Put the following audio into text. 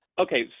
okay